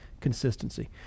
consistency